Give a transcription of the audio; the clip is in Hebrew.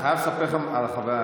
אני חייב לספר לך על החוויה,